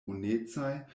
brunecaj